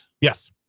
Yes